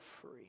free